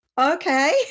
Okay